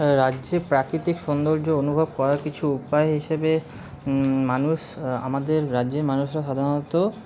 রাজ্যে প্রাকৃতিক সৌন্দর্য অনুভব করার কিছু উপায় হিসেবে মানুষ আমাদের রাজ্যের মানুষরা সাধারণত